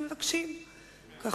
או,